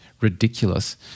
ridiculous